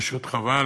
פשוט חבל.